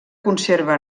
conserva